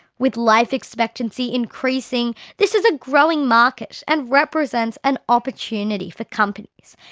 with life expectancy increasing, this is a growing market and represents an opportunity for companies.